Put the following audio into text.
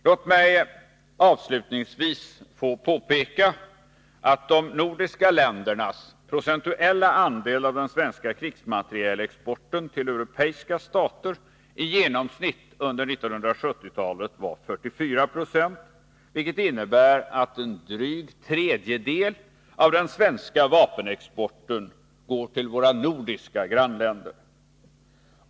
Låt mig avslutningsvis få påpeka att de nordiska ländernas procentuella andel av den svenska krigsmaterielexporten till europeiska stater i genomsnitt under 1970-talet var 44 96, vilket innebär att en dryg tredjedel av den svenska vapenexporten går till våra nordiska grannländer.